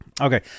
Okay